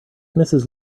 mrs